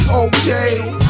okay